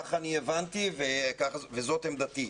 כך אני הבנתי וזו עמדתי,